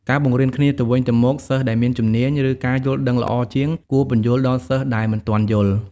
ការបង្រៀនគ្នាទៅវិញទៅមក សិស្សដែលមានជំនាញ ឬការយល់ដឹងល្អជាង គួរពន្យល់ដល់សិស្សដែលមិនទាន់យល់។